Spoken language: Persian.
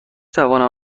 توانم